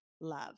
love